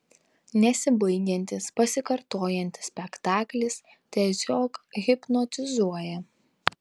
nesibaigiantis pasikartojantis spektaklis tiesiog hipnotizuoja